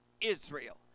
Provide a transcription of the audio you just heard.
Israel